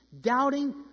doubting